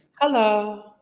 hello